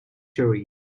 cherries